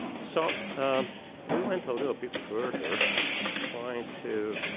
so we went a little bit further trying to